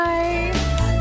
Bye